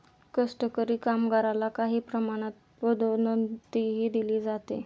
कष्टकरी कामगारला काही प्रमाणात पदोन्नतीही दिली जाते